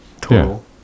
Total